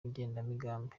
n’igenamigambi